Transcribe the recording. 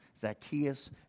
Zacchaeus